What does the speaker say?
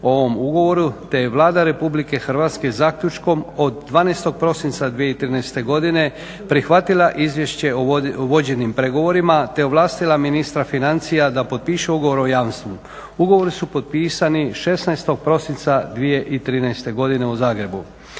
o ovom ugovoru te je Vlada Republike Hrvatske zaključkom od 12. prosinca 2013. godine prihvatila izvješće o vođenim pregovorima te ovlastila ministra financija da potpiše ugovor o jamstvu. Ugovori su potpisani 16. prosinca 2013. godine u Zagrebu.